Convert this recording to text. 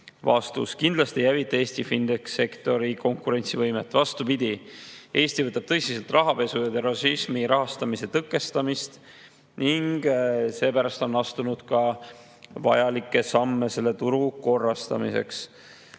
Vastus: kindlasti ei hävita Eestifintech'i sektori konkurentsivõimet. Vastupidi, Eesti võtab tõsiselt rahapesu ja terrorismi rahastamise tõkestamist ning on seepärast astunud vajalikke samme selle turu korrastamiseks.